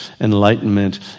enlightenment